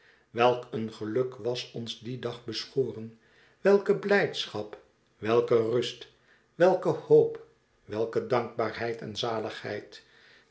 welk een geluk was ons dien dag beschoren welke blijdschap welke rust welke hoop welke dankbaarheid en zaligheid